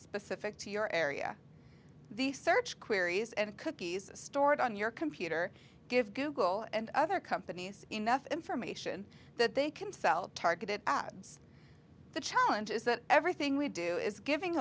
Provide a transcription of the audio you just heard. specific to your area the search queries and cookies stored on your computer give google and other companies enough information that they can sell targeted ads the challenge is that everything we do is giving